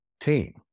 team